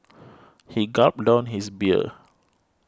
he gulped down his beer